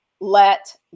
let